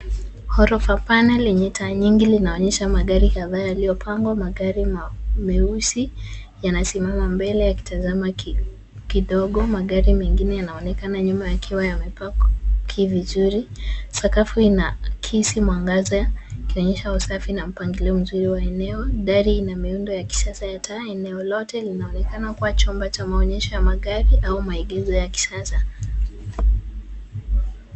Ghorofa pana lenye taa nyingi linaonyesha magari kadhaa yaliyopangwa, magari meusi yanasimama mbele yakitazama kidogo magari mengine yanaonekana nyuma yakiwa yamepaki vizuri. Sakafu inaakisi mwangaza ikionyesha usafi na mpangilio mzuri wa eneo. Dari ina miundo ya kisasa ya taa, eneo lote linaonekana kuwa chumba cha maonyesho ya magari au maegesho ya kisasa.